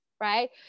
Right